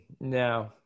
no